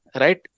right